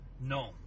no